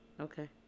Okay